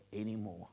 anymore